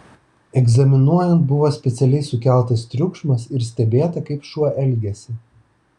egzaminuojant buvo specialiai sukeltas triukšmas ir stebėta kaip šuo elgiasi